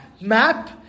map